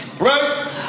Right